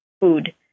food